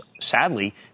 sadly